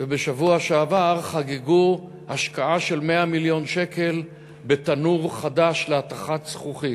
ובשבוע שעבר חגגו השקעה של 100 מיליון שקל בתנור חדש להתכת זכוכית.